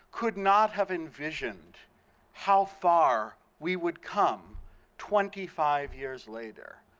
could not have envisioned how far we would come twenty five years later.